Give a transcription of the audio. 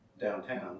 downtown